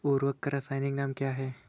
उर्वरक का रासायनिक नाम क्या है?